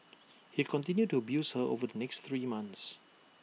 he continued to abuse her over the next three months